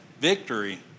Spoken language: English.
victory